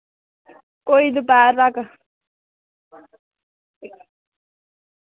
कोई दपैह्र तक